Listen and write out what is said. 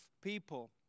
people